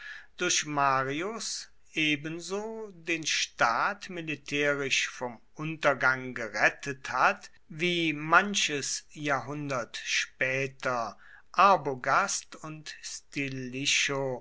durch marius ebenso den staat militärisch vom untergang gerettet hat wie manches jahrhundert später arbogast und